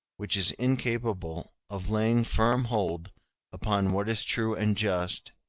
which is incapable of laying firm hold upon what is true and just,